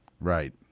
Right